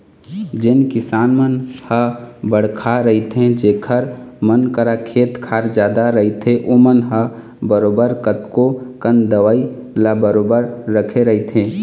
जेन किसान मन ह बड़का रहिथे जेखर मन करा खेत खार जादा रहिथे ओमन ह बरोबर कतको कन दवई ल बरोबर रखे रहिथे